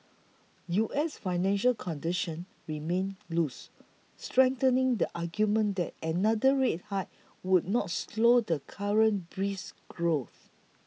U S financial conditions remain loose strengthening the argument that another rate high would not slow the current brisk growth